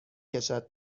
کشد